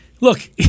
Look